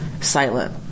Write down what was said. silent